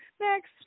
Next